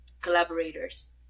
collaborators